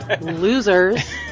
Losers